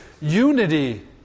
unity